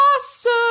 awesome